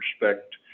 respect